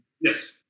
Yes